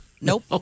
Nope